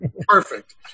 Perfect